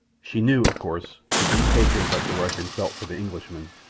she knew, of course, the deep hatred that the russian felt for the englishman,